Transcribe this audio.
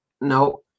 no